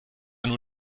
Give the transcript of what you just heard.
nur